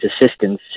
assistance